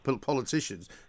politicians